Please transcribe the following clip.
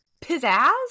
pizzazz